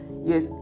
yes